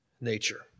nature